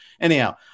anyhow